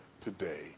today